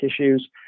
issues